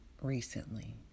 recently